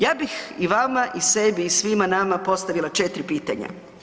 Ja bih i vama i sebi i svima nama postavila 4 pitanja.